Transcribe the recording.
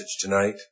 tonight